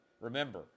Remember